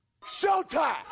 Showtime